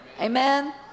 Amen